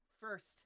First